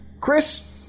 Chris